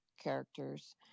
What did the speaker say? characters